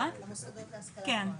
והמוסדות להשכלה גבוהה.